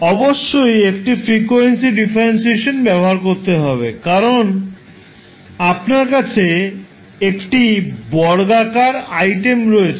অবশ্যই একটি frequency differentiation ব্যবহার করতে হবে কারণ আপনার কাছে একটি বর্গাকার আইটেম রয়েছে